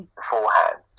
beforehand